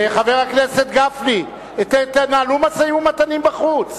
חבר הכנסת גפני, תנהלו משאים ומתנים בחוץ.